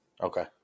Okay